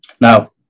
Now